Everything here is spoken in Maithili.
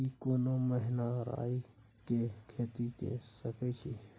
की कोनो महिना राई के खेती के सकैछी?